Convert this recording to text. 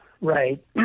right